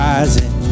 Rising